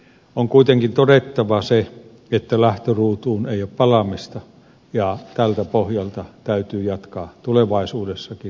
on kuitenkin todettava se että lähtöruutuun ei ole palaamista ja tältä pohjalta täytyy jatkaa tulevaisuudessakin